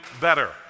better